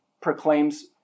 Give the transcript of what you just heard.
proclaims